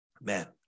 Man